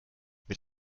mit